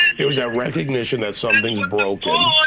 it was that recognition that something's broken,